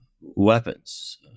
weapons